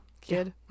kid